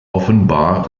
offenbar